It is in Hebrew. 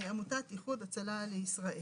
סעיף 5(ב)) עמותת איחוד הצלה לישראל."